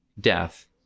death